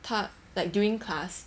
他 like during class